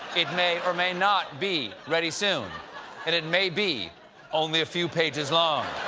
it may or may not be ready soon. and it may be only a few pages long.